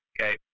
Okay